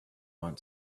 want